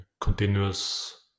continuous